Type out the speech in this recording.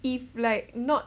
if like not